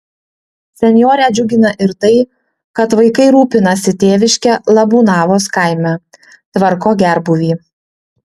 senjorę džiugina ir tai kad vaikai rūpinasi tėviške labūnavos kaime tvarko gerbūvį